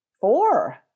Four